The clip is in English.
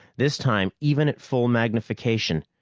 this time, even at full magnification,